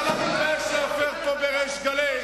אתה לא מתבייש להפר פה בריש גלי,